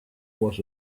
was